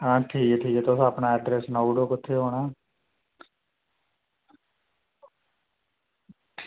आं ठीक ऐ ठीक ऐ तुस अपना एड्रेस सनाई ओड़ो कुत्थें औना